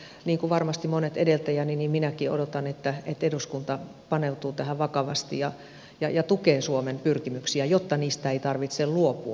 niin kuin varmasti monet edeltäjäni minäkin odotan että eduskunta paneutuu tähän vakavasti ja tukee suomen pyrkimyksiä jotta niistä ei tarvitse luopua